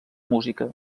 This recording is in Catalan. música